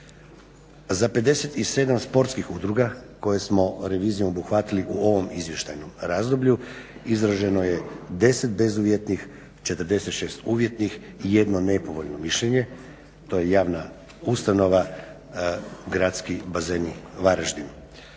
Za 57 sportskih udruga koje smo revizijom obuhvatili u ovom izvještajnom razdoblju izraženo je 10 bezuvjetnih, 46 uvjetnih i 1 nepovoljno mišljenje, to je javna ustanova Gradski bazeni Varaždin.